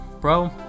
bro